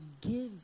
give